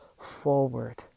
forward